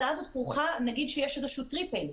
אבל נגיד שיש איזשהו טריפל.